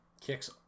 Kicks